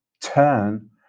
turn